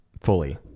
Fully